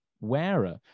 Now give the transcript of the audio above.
wearer